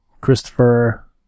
christopher